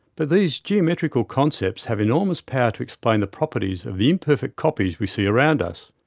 but these geometrical concepts have enormous power to explain the properties of the imperfect copies we see around us.